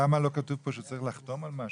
למה לא כתוב פה שהוא צריך לחתום על משהו?